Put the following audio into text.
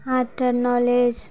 art knowledge